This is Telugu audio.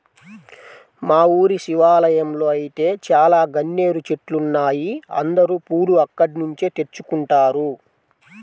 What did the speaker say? మా ఊరి శివాలయంలో ఐతే చాలా గన్నేరు చెట్లున్నాయ్, అందరూ పూలు అక్కడ్నుంచే తెచ్చుకుంటారు